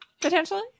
potentially